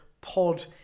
pod